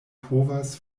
povas